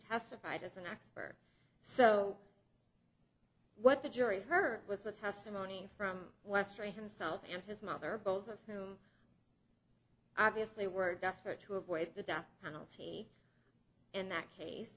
testified as an expert so what the jury heard was the testimony from westray himself and his mother both of whom obviously were desperate to avoid the death penalty in that case